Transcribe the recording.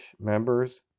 members